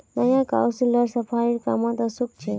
नया काउंसलर सफाईर कामत उत्सुक छ